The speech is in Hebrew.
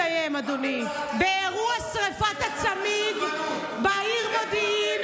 הצביעות הזאת חוגגת הרבה מדי זמן.